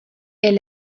est